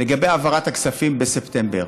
לגבי העברת הכספים בספטמבר,